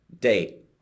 date